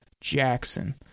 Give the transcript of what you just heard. Jackson